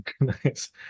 nice